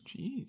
Jeez